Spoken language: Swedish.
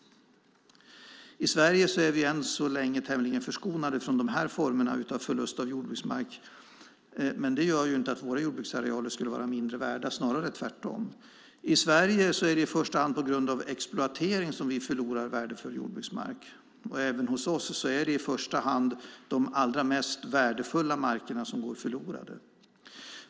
I Sverige är vi än så länge tämligen förskonade från de här formerna av förlust av jordbruksmark, men det gör inte att våra jordbruksarealer skulle vara mindre värda - snarare tvärtom. I Sverige är det i första hand på grund av exploatering som vi förlorar värdefull jordbruksmark. Även hos oss är det först och främst de allra mest värdefulla markerna som går förlorade.